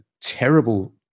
terrible